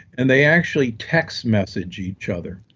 and they actually text message each other.